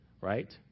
right